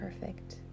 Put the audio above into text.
perfect